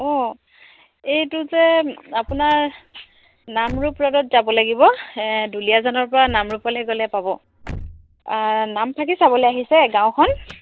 অঁ এইটো যে আপোনাৰ নামৰূপ ৰ'দত যাব লাগিব দুলীয়াজনৰপৰা নামৰূপলৈ গ'লে পাব নামফাকে চাবলৈ আহিছে গাঁওখন